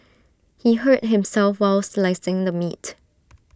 he hurt himself while slicing the meat